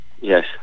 Yes